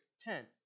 tent